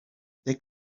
they